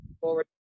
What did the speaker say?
forward